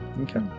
Okay